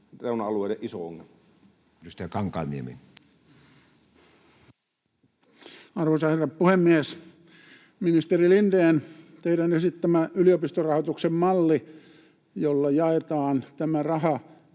reuna-alueiden iso ongelma Edustaja Kankaanniemi. Arvoisa herra puhemies! Ministeri Lindén, teidän esittämänne yliopistorahoituksen malli, jolla jaetaan tämä raha